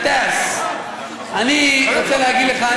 אני רוצה להגיד לך,